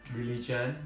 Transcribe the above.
religion